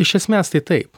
iš esmės tai taip